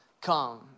Come